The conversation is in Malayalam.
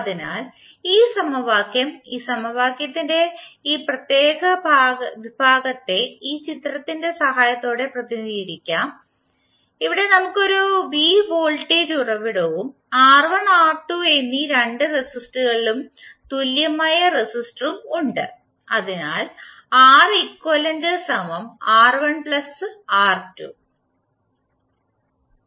അതിനാൽ ഈ സമവാക്യം ഈ സമവാക്യത്തിന്റെ ഈ പ്രത്യേക വിഭാഗത്തെ ഈ ചിത്രത്തിന്റെ സഹായത്തോടെ പ്രതിനിധീകരിക്കും ഇവിടെ നമുക്ക് ഒരു v വോൾട്ടേജ് ഉറവിടവും R1 R2 എന്നീ രണ്ട് റെസിസ്റ്ററുകളുടെയും തുല്യമായ റെസിസ്റ്ററും ഉണ്ട്